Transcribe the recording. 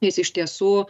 jis iš tiesų